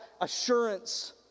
assurance